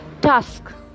task